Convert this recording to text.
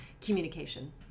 communication